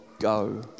go